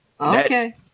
Okay